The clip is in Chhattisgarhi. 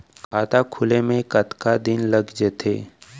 खाता खुले में कतका दिन लग जथे?